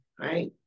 right